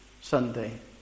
Sunday